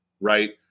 right